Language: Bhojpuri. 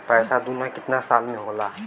पैसा दूना कितना साल मे होला?